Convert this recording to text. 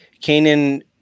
canaan